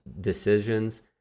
decisions